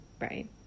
right